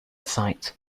sight